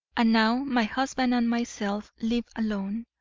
and now my husband and myself live alone.